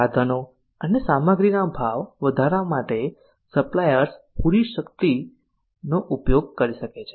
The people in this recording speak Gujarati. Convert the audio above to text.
સાધનો અને સામગ્રીના ભાવ વધારવા માટે સપ્લાયર્સ પૂરતી શક્તિનો ઉપયોગ કરી શકે છે